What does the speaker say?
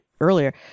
earlier